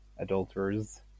adulterers